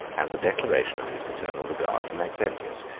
and the declaration of his paternal regard for maxentius,